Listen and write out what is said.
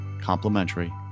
complimentary